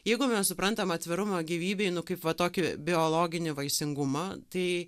jeigu mes suprantam atvirumą gyvybei nuo kaip va tokį biologinį vaisingumą tai